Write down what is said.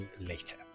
later